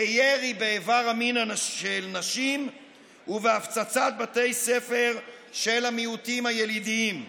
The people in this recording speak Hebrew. בירי באיבר המין של נשים ובהפצצת בתי ספר של המיעוטים הילידים.